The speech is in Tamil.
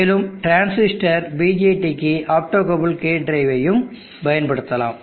மேலும் டிரான்சிஸ்டர் BJTக்கு ஆப்டோகப்பிள்ட் கேட் டிரைவையும் பயன்படுத்தலாம்